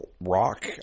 rock